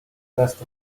best